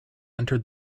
entered